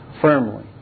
firmly